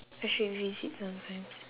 I should visit sometimes